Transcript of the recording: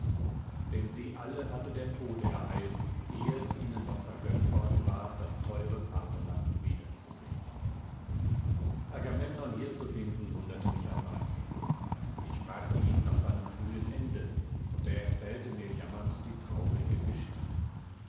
denn sie alle hatte der tod ereilt ehe es ihnen noch vergönnt worden war das teure vaterland wieder zu sehen agamemnon hier zu finden wunderte mich am meisten ich fragte ihn nach seinem frühen ende und er erzählte mir jammernd die traurige geschichte